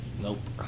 Nope